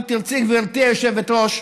אם תרצי גברתי היושבת-ראש,